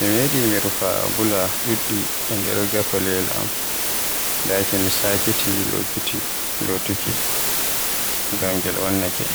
Mi meɗi mi rufa blur ɗuɗɗi e nder gafaleyel am, daaki mi sakiti lotuki, ngam ngel wonnake.